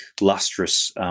lustrous